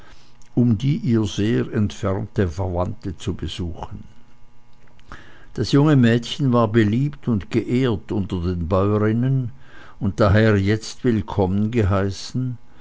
um die ihr sehr entfernt verwandte zu besuchen das junge mädchen war beliebt und geehrt unter den bäuerinnen und daher jetzt willkommen geheißen